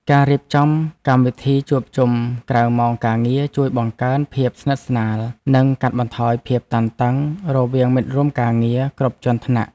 ការរៀបចំកម្មវិធីជួបជុំក្រៅម៉ោងការងារជួយបង្កើនភាពស្និទ្ធស្នាល និងកាត់បន្ថយភាពតានតឹងរវាងមិត្តរួមការងារគ្រប់ជាន់ថ្នាក់។